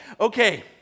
okay